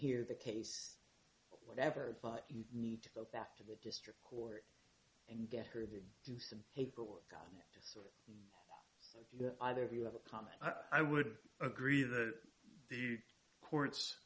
hear the case whatever you need to go back to the district court and get her to do some paperwork either of you have a comment i would agree that the court